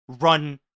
run